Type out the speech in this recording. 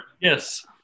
yes